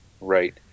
Right